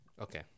Okay